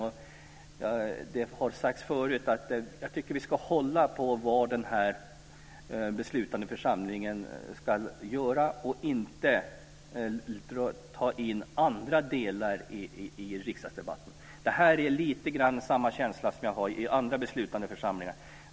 Jag tycker att vi ska hålla på vad den här beslutande församlingen ska göra och inte ta in andra i riksdagsdebatten. Det här är ungefär samma känsla som jag har i andra beslutande församlingar.